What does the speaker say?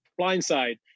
Blindside